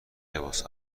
لباس